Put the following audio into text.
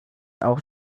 auch